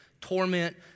torment